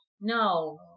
No